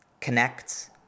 connects